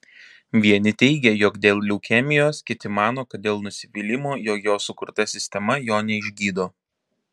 vieni teigia jog dėl leukemijos kiti mano kad dėl nusivylimo jog jo sukurta sistema jo neišgydo